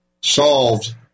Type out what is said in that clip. solved